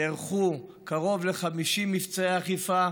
ונערכו קרוב ל-50 מבצעי אכיפה.